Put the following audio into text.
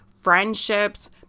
friendships